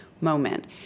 moment